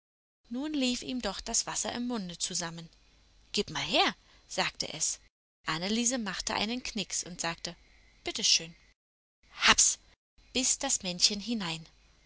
nun lief ihm doch das wasser im munde zusammen gib mal her sagte es anneliese machte einen knicks und sagte bitte schön happs biß das männchen hinein